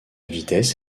vitesse